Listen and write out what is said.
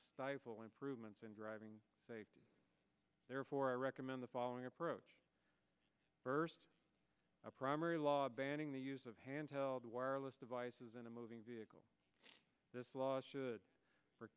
improve ment's in driving safety therefore i recommend the following approach first a primary law banning the use of handheld wireless devices in a moving vehicle this law should